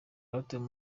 batowe